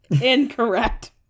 incorrect